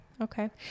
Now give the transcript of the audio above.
okay